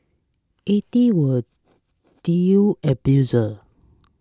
eighty were new abusers